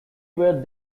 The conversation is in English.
ways